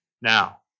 Now